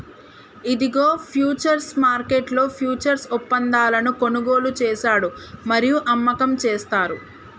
ఇదిగో ఫ్యూచర్స్ మార్కెట్లో ఫ్యూచర్స్ ఒప్పందాలను కొనుగోలు చేశాడు మరియు అమ్మకం చేస్తారు